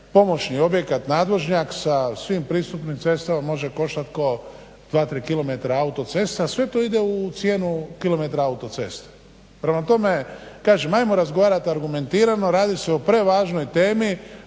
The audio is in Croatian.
pomoćni objekat, nadvožnjak sa svim pristupnim cestama može koštati kao dva, tri kilometra autocesta, a sve to ide u cijenu kilometra autoceste. Prema tome, kažem ajmo razgovarati argumentirano, radi se o prevažnoj temi